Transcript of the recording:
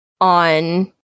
on